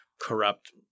corrupt